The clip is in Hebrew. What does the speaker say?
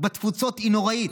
בתפוצות היא נוראית.